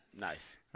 Nice